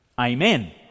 Amen